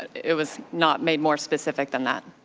it was not made more specific than that.